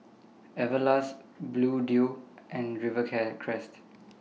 Everlast Bluedio and River Care Crest